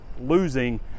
losing